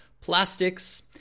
plastics